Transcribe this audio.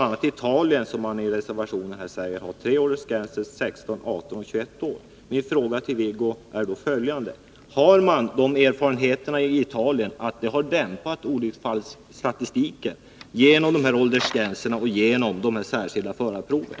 a. har man i Italien, som sägs i reservationen, tre åldersgränser: 16, 18 och 21 år. Min fråga till Wiggo Komstedt är då: Har man de erfarenheterna i Italien, att dessa åldersgränser och de särskilda förarproven har dämpat olycksfallsstatistiken?